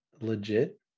legit